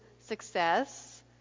success